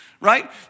right